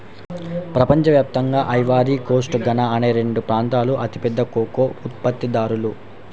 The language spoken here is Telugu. ప్రపంచ వ్యాప్తంగా ఐవరీ కోస్ట్, ఘనా అనే రెండు ప్రాంతాలూ అతిపెద్ద కోకో ఉత్పత్తిదారులు